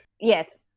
yes